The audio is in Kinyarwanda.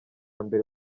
mbere